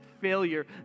failure